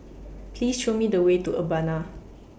Please Show Me The Way to Urbana